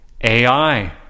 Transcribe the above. AI